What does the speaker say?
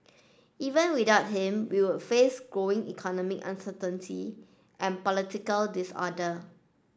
even without him we would face growing economic uncertainty and political disorder